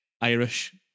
Irish